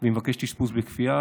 והיא מבקשת אשפוז בכפייה,